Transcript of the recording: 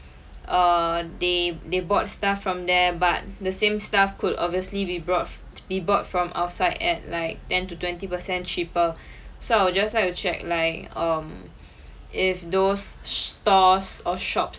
err they they bought stuff from there but the same stuff could obviously be brought to be bought from outside at like ten to twenty percent cheaper so I'll just like to check like um if those stores or shops